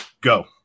go